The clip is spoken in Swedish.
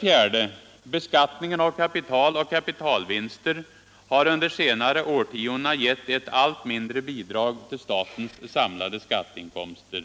4. Beskattningen av kapital och kapitalvinster har under de senaste årtiondena gett ett allt mindre bidrag till statens samlade skatteinkomster.